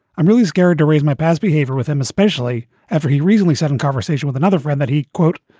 i'm really scared to raise my past behavior with him, especially after he recently said in conversation with another friend that he, quote,